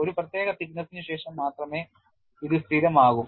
ഒരു പ്രത്യേക thickness ന് ശേഷം മാത്രമേ ഇത് സ്ഥിരമാകൂ